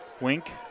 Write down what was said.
Wink